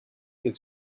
could